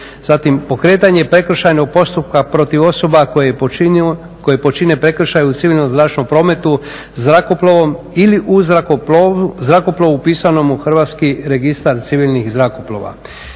zatim pokretanje prekršajnog postupka protiv osoba koje počine prekršaj u civilnom zračnom prometu zrakoplovom ili u zrakoplovu upisanom u Hrvatski registar civilnih zrakoplova,